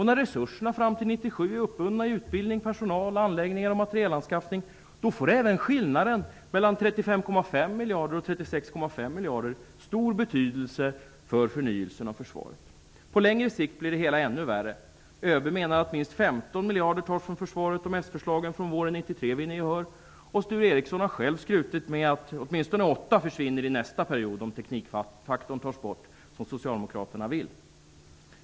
När resurserna fram till 1997 är uppbundna i utbildning, personal, anläggningar och materielanskaffning, får även skillnaden mellan 35,5 miljarder och 36,5 miljarder stor betydelse för förnyelsen av försvaret. På längre sikt blir det hela ännu värre. ÖB menar att minst 15 miljarder tas från försvaret om sförslagen från våren 1993 vinner gehör, och Sture Ericson har själv skrutit med att åtminstone 8 miljarder försvinner i nästa period om teknikfaktorn tas bort, vilket Socialdemokraterna vill.